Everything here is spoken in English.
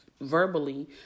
verbally